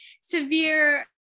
severe